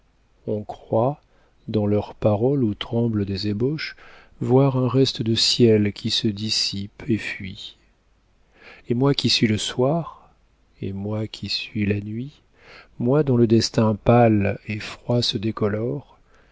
on croit dans leur parole où tremblent des ébauches voir un reste de ciel qui se dissipe et fuit et moi qui suis le soir et moi qui suis la nuit moi dont le destin pâle et froid se décolore